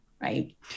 right